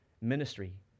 ministry